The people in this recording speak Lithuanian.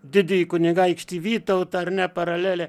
didįjį kunigaikštį vytautą ar ne paralelė